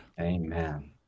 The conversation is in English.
Amen